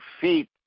feet